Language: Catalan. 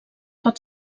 pot